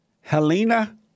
Helena